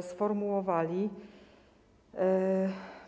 sformułowali.